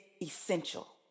essential